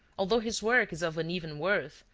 although his work is of uneven worth,